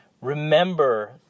Remember